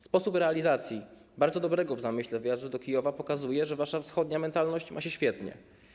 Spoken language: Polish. Sposób realizacji bardzo dobrego w zamyśle wyjazdu do Kijowa pokazuje, że wasza wschodnia mentalność ma się świetnie.